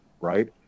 right